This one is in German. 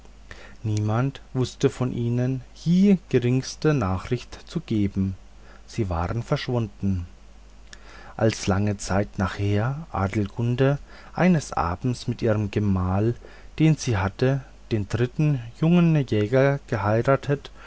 niemand wußte von ihnen hie geringste nachricht zu geben sie waren verschwunden als lange zeit nachher adelgunde eines abends mit ihrem gemahl denn sie hatte den dritten jungen jäger geheiratet